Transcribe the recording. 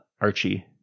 archie